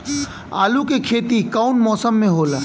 आलू के खेती कउन मौसम में होला?